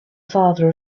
father